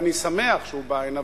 אני שמח שהוא בא הנה,